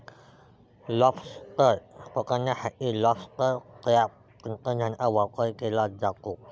lobster पकडण्यासाठी lobster trap तंत्राचा वापर केला जातो